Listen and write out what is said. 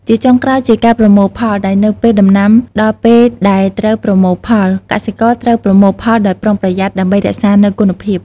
ជាចុងក្រោយជាការប្រមូលផល ដោយនៅពេលដំណាំដល់ពេលដែលត្រូវប្រមូលផល កសិករត្រូវប្រមូលផលដោយប្រុងប្រយ័ត្នដើម្បីរក្សានូវគុណភាព។